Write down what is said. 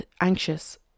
anxious